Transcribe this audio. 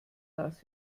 das